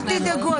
אל תדאגו,